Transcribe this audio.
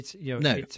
No